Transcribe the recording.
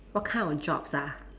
what kind of jobs ah